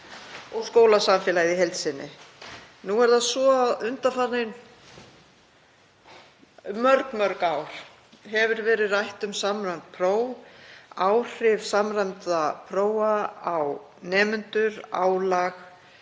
og skólasamfélagið í heild sinni. Nú er það svo að undanfarin mörg ár hefur verið rætt um samræmd próf, áhrif samræmdra prófa á nemendur, álag,